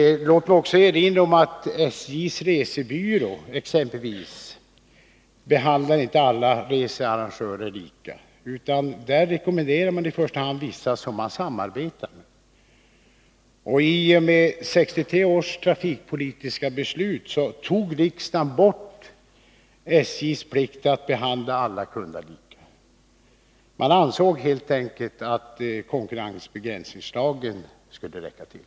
Låt mig också erinra om att exempelvis SJ:s resebyrå inte behandlar alla researrangörer lika, utan man rekommenderar i första hand vissa som man samarbetar med. I och med 1963 års trafikpolitiska beslut tog riksdagen bort SJ:s plikt att behandla alla kunder lika. Man ansåg helt enkelt att konkurrensbegränsningslagen skulle räcka till.